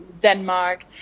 Denmark